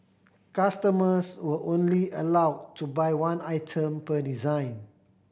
customers were only allowed to buy one item per design